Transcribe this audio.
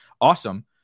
awesome